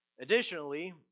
Additionally